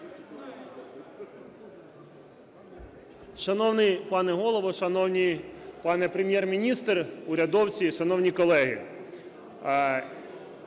Шановний пане Голово, шановний пане Прем'єр-міністре, урядовці і шановні колеги!